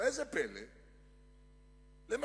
וראה זה פלא, למשל,